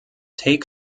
take